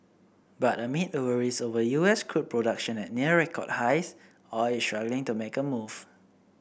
but amid worries over U S crude production at near record highs oil is struggling to make a move